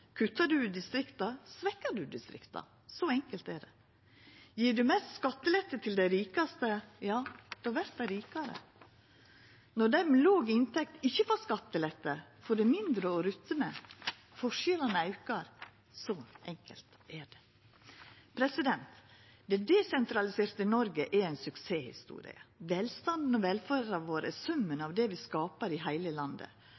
Kuttar du i distrikta, svekkjer du distrikta, så enkelt er det. Gjev du mest skattelette til dei rikaste, ja, då vert dei rikare. Når dei med låg inntekt ikkje får skattelette, får dei mindre å rutta med. Forskjellane aukar, så enkelt er det. Det desentraliserte Noreg er ei suksesshistorie. Velstanden og velferda vår er summen av det vi skaper i heile landet.